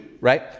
right